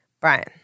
Brian